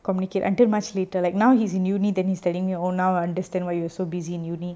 communicate until much later like now he's in unversity then he's telling me oh now I understand why you're so busy in university